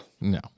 no